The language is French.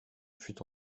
fut